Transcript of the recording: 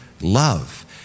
love